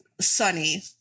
sunny